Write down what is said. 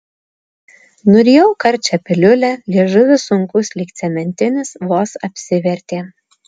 nurijau karčią piliulę liežuvis sunkus lyg cementinis vos apsivertė